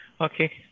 Okay